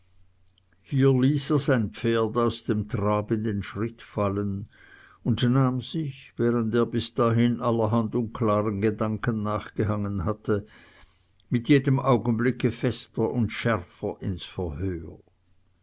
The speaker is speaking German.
sein pferd aus dem trab in den schritt fallen und nahm sich während er bis dahin allerhand unklaren gedanken nachgehangen hatte mit jedem augenblicke fester und schärfer ins verhör